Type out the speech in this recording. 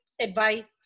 advice